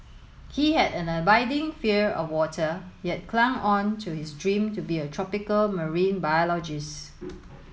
he had an abiding fear of water yet clung on to his dream to be a tropical marine biologist